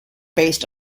based